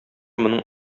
моның